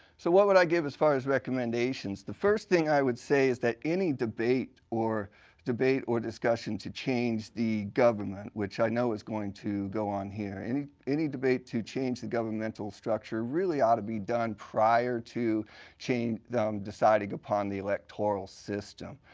so what would i give as far as recommendations? the first thing i would say is that any debate or debate or discussion to change the government, which i know is going to go on here, any any debate to change the governmental structure really ought to be done prior to um deciding upon the electoral system.